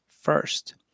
first